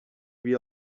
havia